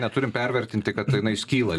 neturim pervertinti kad jinai skyla